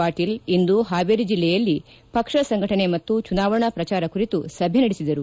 ಪಾಟೀಲ್ ಇಂದು ಹಾವೇರಿ ಜಿಲ್ಲೆಯಲ್ಲಿ ಪಕ್ಷ ಸಂಘಟನೆ ಮತ್ತು ಚುನಾವಣಾ ಪ್ರಚಾರ ಕುರಿತು ಸಭೆ ನಡೆಸಿದರು